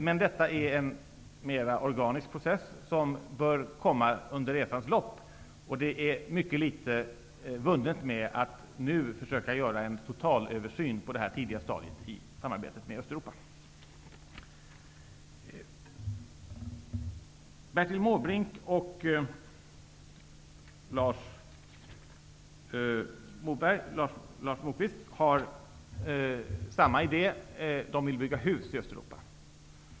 Men detta är en mer organisk process som bör komma under resans gång. Det är mycket litet vunnet med att nu, på detta tidiga stadium försöka göra en totalöversyn av samarbetet med Bertil Måbrink och Lars Moquist har samma idé. De vill bygga hus i Östeuropa.